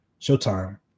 Showtime